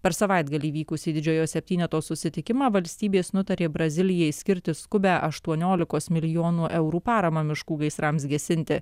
per savaitgalį vykusį didžiojo septyneto susitikimą valstybės nutarė brazilijai skirti skubią aštuoniolikos milijonų eurų paramą miškų gaisrams gesinti